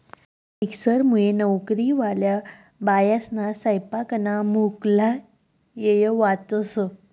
मिक्सरमुये नवकरीवाल्या बायास्ना सैपाकना मुक्ला येय वाचस